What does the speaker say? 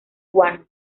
guano